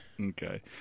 Okay